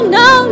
no